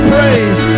Praise